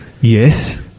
Yes